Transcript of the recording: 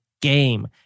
game